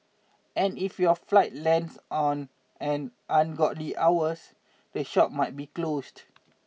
and if your flight lands on an ungodly hours the shop might be closed